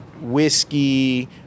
whiskey